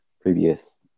previous